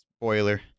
Spoiler